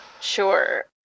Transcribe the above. sure